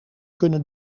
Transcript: kunnen